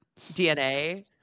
DNA